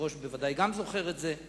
בוודאי גם היושב-ראש זוכר את זה.